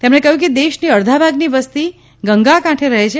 તેમણે કહ્યુંકે દેશની અડધા ભાગની વસ્તી ગંગાકાંઠે રહે છે